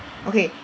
okay